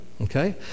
okay